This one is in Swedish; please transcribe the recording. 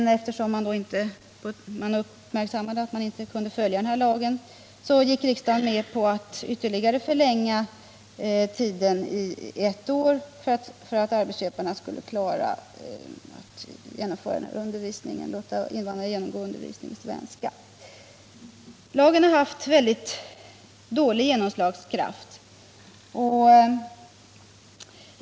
Eftersom det hade uppmärksammats att arbetsköparna inte följt lagen gick riksdagen med på att förlänga lagen med ytterligare ett år för att de skulle kunna fullgöra skyldigheten att låta invandrarna genomgå undervisningen i svenska. Lagen har dock haft synnerligen dålig genomslagskraft.